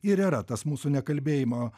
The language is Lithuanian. ir yra tas mūsų nekalbėjimo